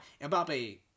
Mbappe